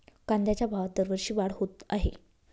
कांद्याच्या भावात दरवर्षी वाढ होत आहे